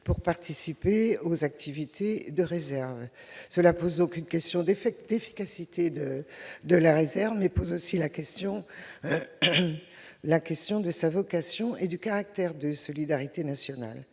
pour participer aux activités de réserve. Cela pose la question de l'efficacité de la réserve, mais également celles de sa vocation et de son caractère de solidarité nationale.